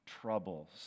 troubles